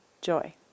Joy